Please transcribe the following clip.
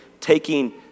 taking